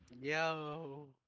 Yo